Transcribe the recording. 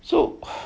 so